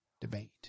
debate